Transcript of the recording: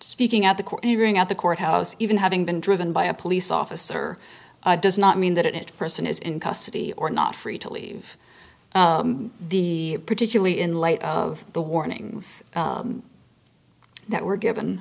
speaking at the court hearing at the courthouse even having been driven by a police officer does not mean that it person is in custody or not free to leave the particularly in light of the warnings that were given